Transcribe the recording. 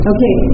Okay